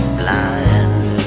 blind